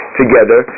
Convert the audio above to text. together